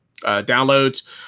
downloads